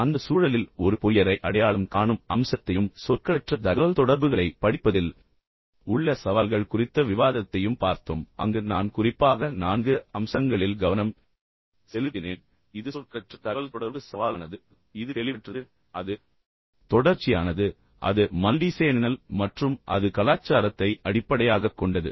அந்த சூழலில் ஒரு பொய்யரை அடையாளம் காணும் அம்சத்தையும் அதைத் தொடர்ந்து சொற்களற்ற தகவல்தொடர்புகளைப் படிப்பதில் உள்ள சவால்கள் குறித்த விவாதத்தையும் பார்த்தோம் அங்கு நான் குறிப்பாக நான்கு அம்சங்களில் கவனம் செலுத்தினேன் இது சொற்களற்ற தகவல்தொடர்பு சவாலானது என்பதைக் குறிக்கிறது ஏனெனில் இது தெளிவற்றது அது தொடர்ச்சியானது அது மல்டிசேனல் மற்றும் அது கலாச்சாரத்தை அடிப்படையாகக் கொண்டது